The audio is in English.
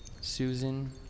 Susan